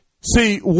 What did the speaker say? See